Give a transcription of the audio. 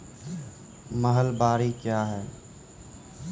महलबाडी क्या हैं?